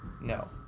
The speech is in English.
No